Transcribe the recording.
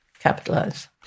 Capitalize